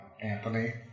Anthony